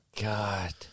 God